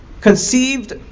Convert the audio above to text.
conceived